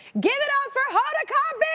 give it up for hoda kotb!